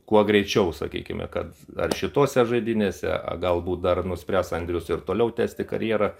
kuo greičiau sakykime kad ar šitose žaidynėse galbūt dar nuspręs andrius ir toliau tęsti karjerą